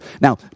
Now